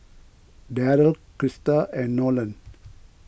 Darryl Krista and Nolan